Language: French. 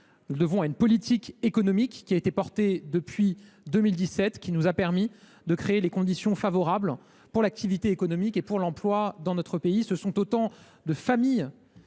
à une ligne, à la politique économique portée depuis 2017, qui nous a permis de créer les conditions favorables à l’activité économique et à l’emploi dans notre pays. Ce sont autant de familles